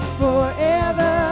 forever